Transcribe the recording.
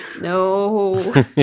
No